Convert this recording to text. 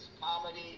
comedy